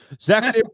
Zach